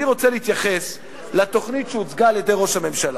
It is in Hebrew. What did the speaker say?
אני רוצה להתייחס לתוכנית שהוצגה על-ידי ראש הממשלה.